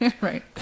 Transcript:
Right